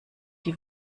die